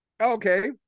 okay